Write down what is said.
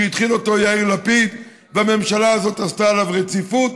שהתחיל אותו יאיר לפיד והממשלה הזאת החילה עליו רציפות,